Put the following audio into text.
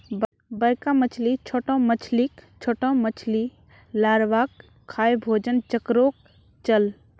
बड़का मछली छोटो मछलीक, छोटो मछली लार्वाक खाएं भोजन चक्रोक चलः